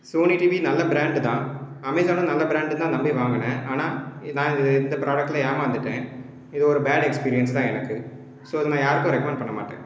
Sony TV நல்ல brand தான் அமேசானும் நல்ல பிராண்டுனுதான் நம்பி வாங்கினேன் ஆனால் நான் இந்த ப்ராடெக்ட்டில் ஏமாந்துவிட்டேன் இது ஒரு பேட் எஸ்பிரியன்ஸ் தான் எனக்கு ஸோ இதை நான் யாருக்கும் ரிக்மெண்ட் பண்ணமாட்டேன்